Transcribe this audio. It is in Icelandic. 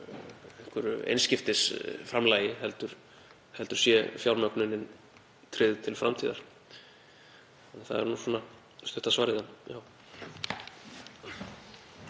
einhverju einskiptisframlagi heldur sé fjármögnunin tryggð til framtíðar. Það er stutta svarið.